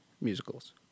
musicals